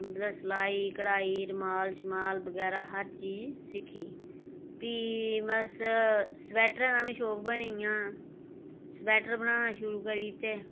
मतलब सलाई कढाई रुमाल बगैरा हर चीज सिक्खी प्ही मतलब अस स्बैटरा दा बी शौक बनी गेआ स्वैटर बनाना शुरु करी दित्ते